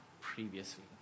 previously